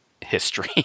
history